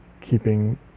keeping